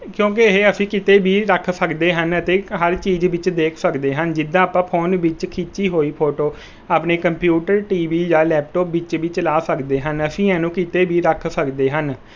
ਕਿਉਂਕਿ ਇਹ ਅਸੀਂ ਕਿਤੇ ਵੀ ਰੱਖ ਸਕਦੇ ਹਨ ਅਤੇ ਹਰ ਚੀਜ਼ ਵਿੱਚ ਦੇਖ ਸਕਦੇ ਹਨ ਜਿੱਦਾਂ ਆਪਾਂ ਫੋਨ ਵਿੱਚ ਖਿੱਚੀ ਹੋਈ ਫੋਟੋ ਆਪਣੇ ਕੰਪਿਊਟਰ ਟੀ ਵੀ ਜਾਂ ਲੈਪਟੋਪ ਵਿੱਚ ਵੀ ਚਲਾ ਸਕਦੇ ਹਨ ਅਸੀਂ ਇਹਨੂੰ ਕਿਤੇ ਵੀ ਰੱਖ ਸਕਦੇ ਹਨ